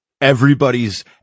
Everybody's